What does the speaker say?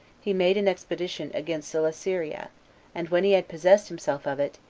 he made an expedition against celesyria and when he had possessed himself of it,